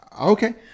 Okay